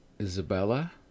Isabella